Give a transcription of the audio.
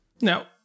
Now